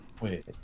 Wait